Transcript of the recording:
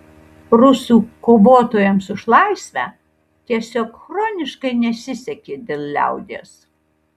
rusų kovotojams už laisvę tiesiog chroniškai nesisekė dėl liaudies